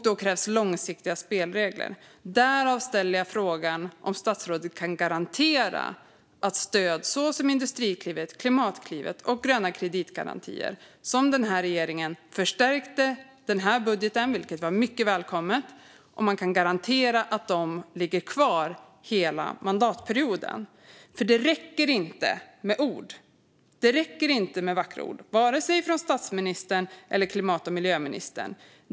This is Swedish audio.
Då krävs långsiktiga spelregler, därav min fråga om statsrådet kan garantera att stöd som Industriklivet, Klimatklivet och gröna kreditgarantier, som regeringen förstärkte i budgeten, vilket var mycket välkommet, ligger kvar hela mandatperioden. Det räcker inte med vackra ord, vare sig från statsministern eller från klimat och miljöministern.